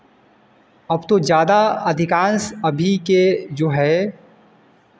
अब तो ज़्यादा अधिकांश अभी के जो है